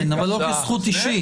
כן, אבל לא כזכות אישית.